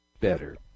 better